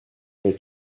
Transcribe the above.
they